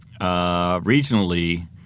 regionally